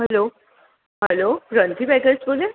hello hello Ranji bakers બોલે